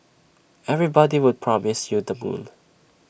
everybody would promise you the moon